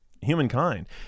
humankind